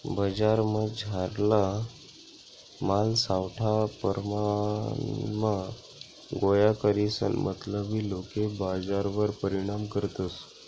बजारमझारला माल सावठा परमाणमा गोया करीसन मतलबी लोके बजारवर परिणाम करतस